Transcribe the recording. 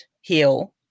heal